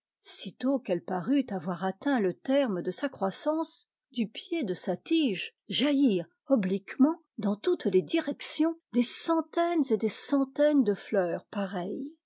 sitôt qu'elle parut avoir atteint le terme de sa croissance du pied de sa tige jaillirent obliquement dans toutes les directions des centaines et des centaines de fleurs pareilles